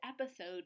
episode